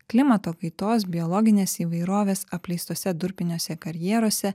klimato kaitos biologinės įvairovės apleistuose durpiniuose karjeruose